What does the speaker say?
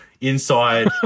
inside